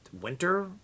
Winter